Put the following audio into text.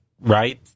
right